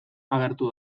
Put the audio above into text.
agertu